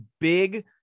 big